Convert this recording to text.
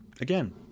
Again